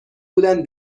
بودن